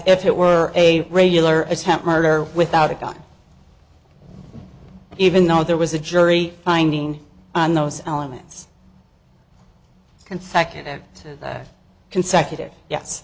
if it were a regular attempt murder without a gun even though there was a jury finding on those elements consecutive consecutive yes